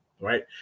right